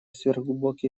сверхглубокие